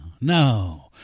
No